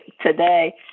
today